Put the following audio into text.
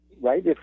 right